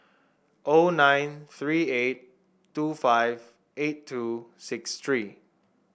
O nine three eight two five eight two six three